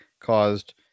caused